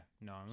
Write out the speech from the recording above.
no